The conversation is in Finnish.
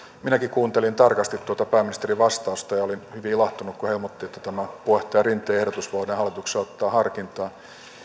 minäkin kuuntelin tarkasti tuota pääministerin vastausta ja olin hyvin ilahtunut kun hän ilmoitti että tämä puheenjohtaja rinteen ehdotus voidaan hallituksessa ottaa harkintaan